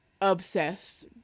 obsessed